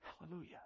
Hallelujah